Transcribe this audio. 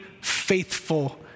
faithful